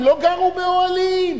הם לא גרו באוהלים.